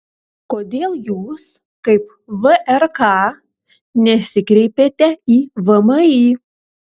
kodėl jūs kaip vrk nesikreipėte į vmi